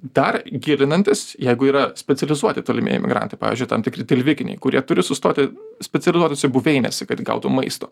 dar gilinantis jeigu yra specializuoti tolimieji migrantai pavyzdžiui tam tikri tilvikiniai kurie turi sustoti specializuotose buveinėse kad gautų maisto